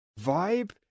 vibe